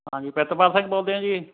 ਹਾਂਜੀ ਪ੍ਰਿਤਪਾਲ ਸਿੰਘ ਬੋਲਦੇ ਆ ਜੀ